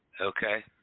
Okay